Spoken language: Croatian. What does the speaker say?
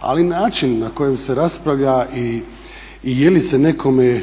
Ali način na koji se raspravlja i jeli se nekome